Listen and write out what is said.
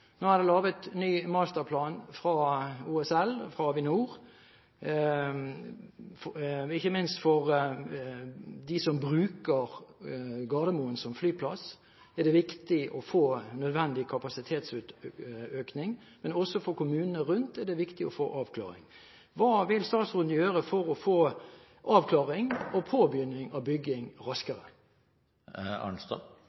Nå har Avinor laget en ny masterplan for OSL. Ikke minst for dem som bruker Gardermoen som flyplass, er det viktig å få en nødvendig kapasitetsøkning, men også for kommunene rundt er det viktig å få en avklaring. Hva vil statsråden gjøre for å få en avklaring og en raskere start av